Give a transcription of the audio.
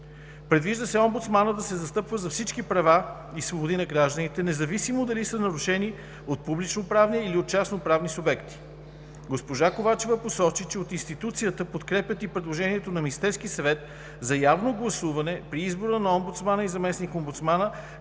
Предвижда се омбудсманът да се застъпва за всички права и свободи на гражданите, независимо дали са нарушени от публичноправни или от частноправни субекти. Госпожа Ковачева посочи, че от институцията подкрепят и предложението на Министерския съвет за явно гласуване при избора на омбудсмана и заместник-омбудсмана,